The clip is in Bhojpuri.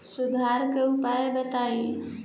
सुधार के उपाय बताई?